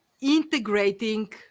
integrating